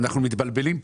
אנחנו מתבלבלים,